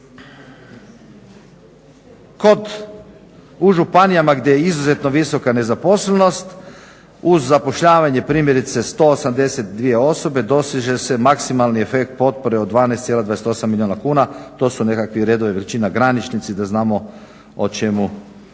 U županijama gdje je izuzetno visoka nezaposlenost uz zapošljavanje primjerice 182 osobe doseže se maksimalni efekt potpore od 12,28 milijuna kuna. To su nekakvi redovi, veličina, graničnici, da znamo o čemu